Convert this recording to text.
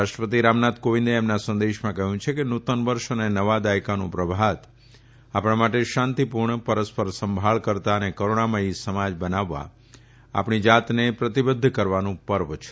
રાષ્ટ્રપતિ રામનાથ કોવિંદે તેમના સંદેશમાં કહયું છે કે નુતન વર્ષ અને નવા દાયકાનું પ્રભાત આપણા માટે શાંતીપુર્ણ પરસ્પર સંભાળ અને કરુણામથી સમાજ બનાવવા આપણી જાતને પ્રતિબધ્ધ કરવાનું પર્વ છે